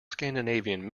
scandinavian